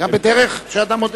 גם "בדרך שאדם מודד"?